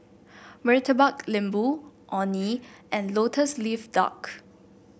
Murtabak Lembu Orh Nee and lotus leaf duck